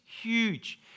huge